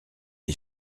les